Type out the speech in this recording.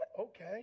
Okay